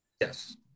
Yes